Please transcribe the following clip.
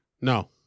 No